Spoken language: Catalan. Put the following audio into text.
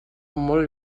molt